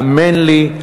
האמן לי,